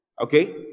Okay